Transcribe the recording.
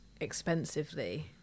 expensively